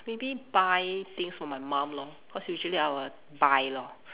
maybe buy things for my mum lor cause usually I will buy lor